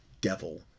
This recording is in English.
devil